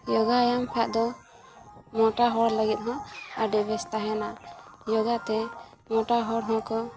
ᱡᱳᱜᱟ ᱧᱟᱢ ᱠᱷᱟᱡ ᱫᱚ ᱢᱚᱴᱟ ᱦᱚᱲ ᱞᱟᱹᱜᱤᱫ ᱦᱚᱸ ᱟᱹᱰᱤ ᱵᱮᱥ ᱛᱟᱦᱮᱱᱟ ᱡᱳᱜᱟᱛᱮ ᱢᱚᱴᱟ ᱦᱚᱲ ᱦᱚᱸᱠᱚ